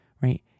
right